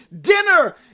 Dinner